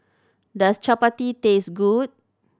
does chappati taste good